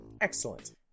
Excellent